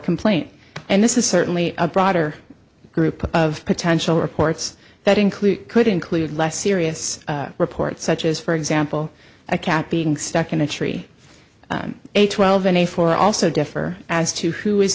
complaint and this is certainly a broader group of potential reports that include could include less serious reports such as for example a cat being stuck in a tree a twelve and a four also differ as to who is